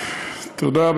תודה.